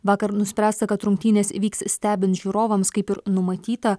vakar nuspręsta kad rungtynės įvyks stebint žiūrovams kaip ir numatyta